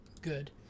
Good